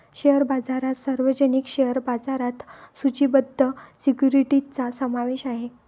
share बाजारात सार्वजनिक share बाजारात सूचीबद्ध सिक्युरिटीजचा समावेश आहे